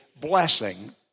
blessing